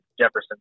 Jefferson